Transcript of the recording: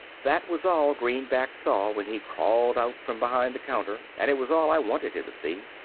that was all greenback saw when he crawled out from behind the counter and it was all i wanted him to see.